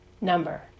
number